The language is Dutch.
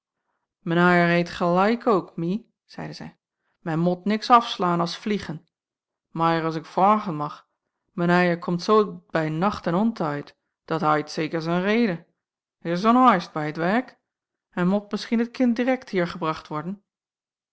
gelaik ook mie zeide zij men mot niks afslaan as vliegen mair as ik vraigen mag men haier komt zoo bij nacht en ontaid dat hait zeker z'n reden is er zoôn haist bij t werk en mot misschien het kind direkt hier gebracht worden